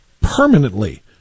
permanently